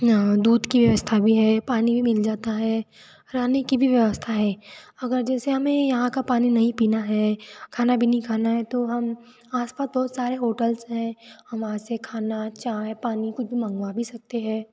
यहाँ दूध की व्यवस्था भी है पानी भी मिल जाता है रहने की भी व्यवस्था है अगर जैसे हमें यहाँ का पानी नहीं पीना है खाना भी नहीं खाना है तो हम आस पास बहुत सारे होटल्स हैं हम वहाँ से खाना चाय पानी कुछ भी मंगवा भी सकते हैं